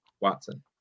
Watson